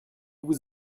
vous